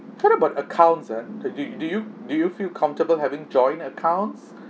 what about accounts ah could you do you do you feel comfortable having joint accounts